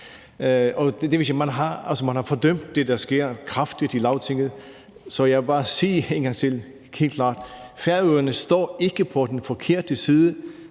man har fordømt det, der sker, kraftigt i Lagtinget. Så jeg vil bare sige en gang til helt klart: Færøerne står ikke på den forkerte side.